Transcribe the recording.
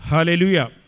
Hallelujah